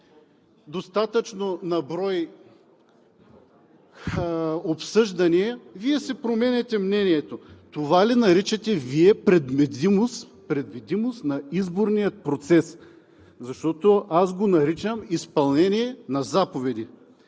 достатъчно на брой обсъждания, Вие си променяте мнението? Това ли наричате Вие предвидимост на изборния процес, защото аз го наричам изпълнение на заповеди?!